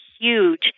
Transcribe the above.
huge